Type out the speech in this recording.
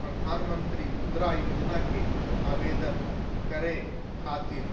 प्रधानमंत्री मुद्रा योजना के आवेदन करै खातिर